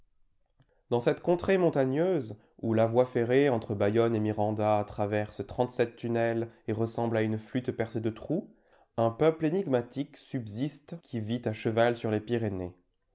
dans cette contrée montagneuse où la voie ferrée entre bayonne et miranda traverse trente-sept tunnels et ressemble à une flûte percée de trous un peuple énigmatique subsiste qui vit à cheval sur les pyrénées